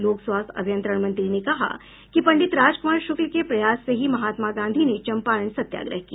लोक स्वास्थ्य अभियंत्रण मंत्री ने कहा कि पंडित राजकुमार शुक्ल के प्रयास से ही महात्मा गांधी ने चंपारण सत्याग्रह किया